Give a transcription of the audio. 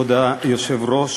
כבוד היושב-ראש,